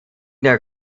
der